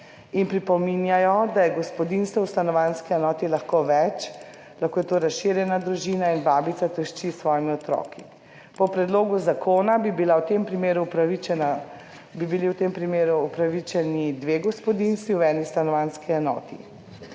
in pripominjajo, da je gospodinjstev v stanovanjski enoti lahko več. Lahko je to razširjena družina in babica ter hči s svojimi otroki. Po predlogu zakona bi bili v tem primeru upravičeni dve gospodinjstvi v eni stanovanjski enoti.